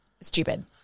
Stupid